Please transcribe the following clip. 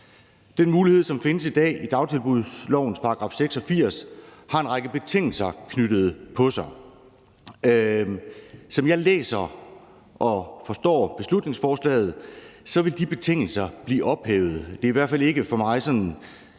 Den mulighed, som findes i dag i dagtilbudslovens § 86, har en række betingelser knyttet til sig. Som jeg læser og forstår beslutningsforslaget, vil de betingelser blive ophævet. Det er i hvert fald ikke for mig at